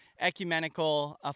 ecumenical